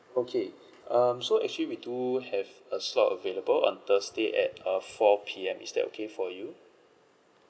okay um so actually we do have a slot available on thursday at uh four P_M is that okay for you